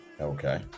Okay